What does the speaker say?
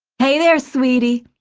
hey there, sweetie!